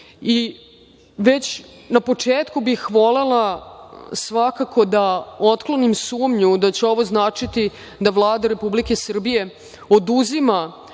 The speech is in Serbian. bebe. Na početku bih volela svakako da otklonim sumnju da će ovo značiti da Vlada Republike Srbije oduzima